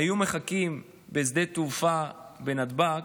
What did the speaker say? היו מחכים בשדה התעופה בנתב"ג,